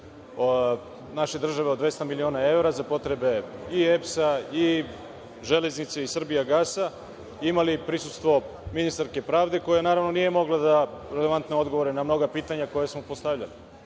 naše države od 200 miliona evra za potrebe i EPS-a i Železnice i „Srbijagasa“ imali prisustvo ministarke pravde, koja naravno nije mogla da da relevantne odgovore na mnoga pitanja koja smo postavljali.